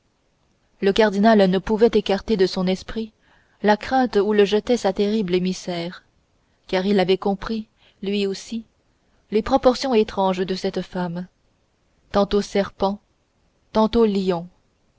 le cardinal ne pouvait écarter de son esprit la crainte où le jetait sa terrible émissaire car il avait compris lui aussi les proportions étranges de cette femme tantôt serpent tantôt lion